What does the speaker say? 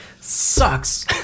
sucks